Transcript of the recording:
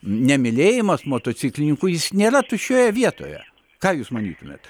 nemylėjimas motociklininkų jis nėra tuščioje vietoje ką jūs manytumėt